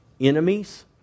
enemies